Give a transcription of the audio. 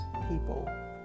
people